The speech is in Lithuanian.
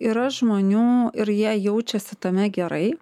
yra žmonių ir jie jaučiasi tame gerai